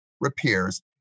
repairs